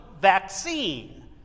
vaccine